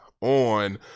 on